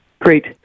Great